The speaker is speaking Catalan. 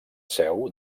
seu